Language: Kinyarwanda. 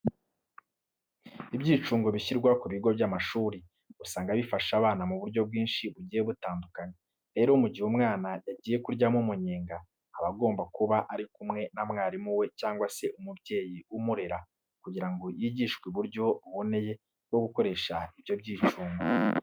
Ibyicungo bishyirwa ku bigo by'amashuri, usanga bifasha abana mu buryo bwinshi bugiye butandukanye. Rero, mu gihe umwana yagiye kuryamo umunyenga, aba agomba kuba ari kumwe na mwarimu we cyangwa se umubyeyi umurera kugira ngo yigishwe uburyo buboneye bwo gukoresha ibyo byicungo.